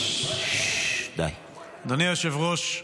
אדוני היושב-ראש,